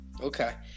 okay